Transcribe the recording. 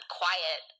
quiet